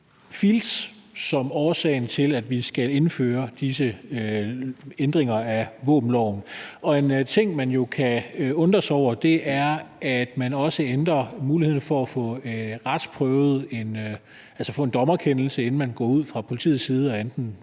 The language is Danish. Field's som årsagen til, at vi skal indføre disse ændringer af våbenloven. En ting, man jo kan undre sig over, er, at man også ændrer muligheden for at få retsprøvet det, altså få en dommerkendelse, inden man går ud fra politiets side og enten